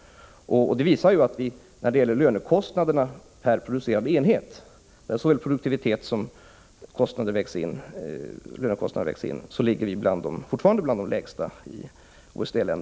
I fråga om kostnad per producerad enhet, när såväl produktivitet som lönekostnader vägs in, ligger Sverige fortfarande bland de lägsta inom OECD.